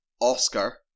Oscar